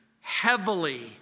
heavily